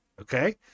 Okay